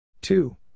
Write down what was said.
Two